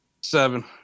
Seven